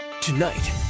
Tonight